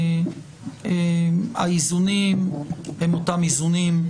האיזונים הם אותם איזונים.